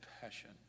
passion